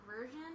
version